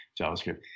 JavaScript